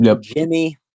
Jimmy